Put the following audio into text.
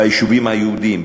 ביישובים היהודיים,